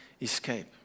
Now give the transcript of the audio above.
escape